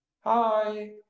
Hi